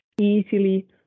easily